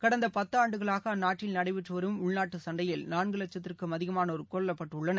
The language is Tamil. கடந்தபத்தாண்டுகளாகஅந்நாட்டில் நடைபெற்றுவரும் உள்நாட்டுகண்டையில் நான்குலட்கத்திற்கும் அதிகமானோர் கொல்லப்பட்டுள்ளனர்